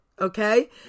Okay